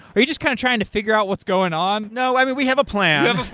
are you just kind of trying to figure out what's going on? no. we have a plan